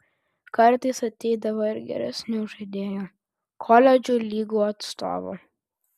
kartais ateidavo ir geresnių žaidėjų koledžų lygų atstovų